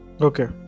Okay